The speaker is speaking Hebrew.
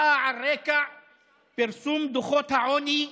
באה על רקע פרסום דוחות העוני,